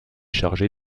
chargé